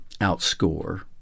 outscore